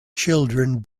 children